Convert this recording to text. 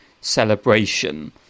celebration